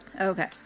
Okay